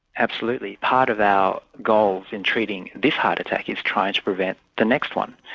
absolutely. part of our goals in treating this heart attack is trying to prevent the next one.